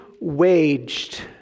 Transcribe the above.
waged